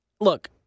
look